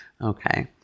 okay